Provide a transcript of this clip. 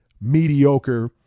mediocre